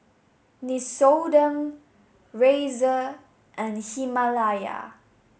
Nixoderm Razer and Himalaya